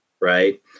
right